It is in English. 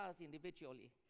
individually